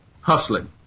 hustling